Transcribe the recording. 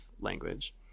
language